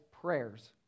prayers